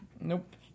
Nope